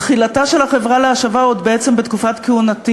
תחילתה של החברה להשבה עוד בעצם בתקופת כהונתי